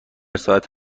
ساعت